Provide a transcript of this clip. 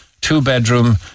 two-bedroom